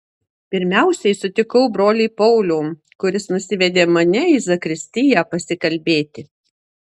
pirmiausia sutikau brolį paulių kuris nusivedė mane į zakristiją pasikalbėti